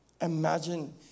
Imagine